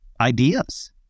ideas